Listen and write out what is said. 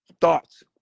thoughts